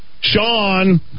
Sean